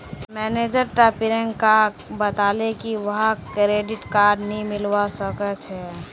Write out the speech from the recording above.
manager टा प्रियंकाक बताले की वहाक क्रेडिट कार्ड नी मिलवा सखछे